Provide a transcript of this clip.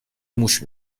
موش